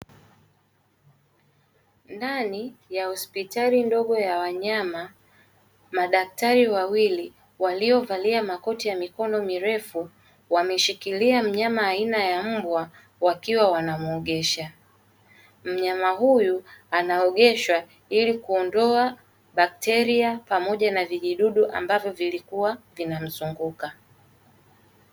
Ndani ya hospitali ndogo ya wanyama; madaktari wawili waliovalia makoti ya mikono mirefu, wameshikilia mnyama aina ya mbwa wakiwa wanamuogesha. Mnyama huyu anaogeshwa ili kuondoa bakteria pamoja na vijidudu; ambavyo vilikuwa vinamzunguka.